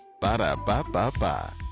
Ba-da-ba-ba-ba